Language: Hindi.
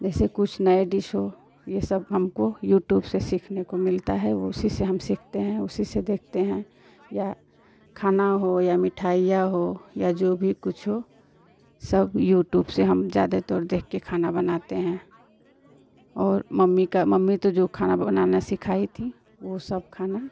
जैसे कुछ नए डिश हों यह सब हमको यूट्यूब से सीखने को मिलता है उसी से हम सीखते हैं उसी से देखते हैं या खाना हो या मिठाइयाँ हों या जो भी कुछ हो सब यूट्यूब से हम ज़्यादातर देखकर खाना बनाते हैं और मम्मी का मम्मी तो जो खाना बनाना सिखाई थी वह सब खाना